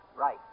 Right